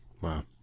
Wow